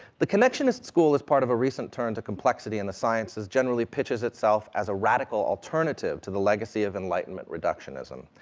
the connectionist school is part of a recent turn to complexity, and the sciences generally pitches itself as a radical alternative to the legacy of enlightenment reductionism,